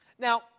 Now